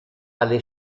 alle